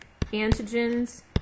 antigens